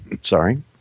Sorry